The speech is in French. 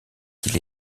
qu’il